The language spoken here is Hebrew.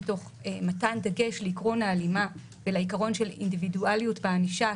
מתוך מתן דגש על עיקרון ההלימה ועיקרון של אינדיבידואליות בענישה,